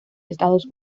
estados